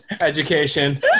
education